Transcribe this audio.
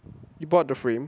you brought the frame